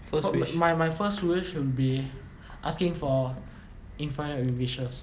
first wish